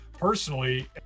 personally